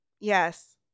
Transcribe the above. Yes